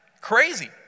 Crazy